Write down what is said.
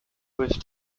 with